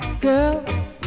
Girl